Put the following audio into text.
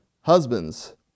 Husbands